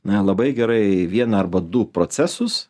na labai gerai vieną arba du procesus